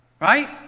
Right